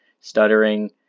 stuttering